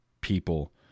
people